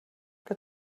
que